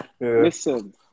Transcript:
listen